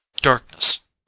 Darkness